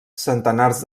centenars